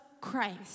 Christ